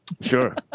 Sure